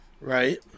right